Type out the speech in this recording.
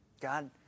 God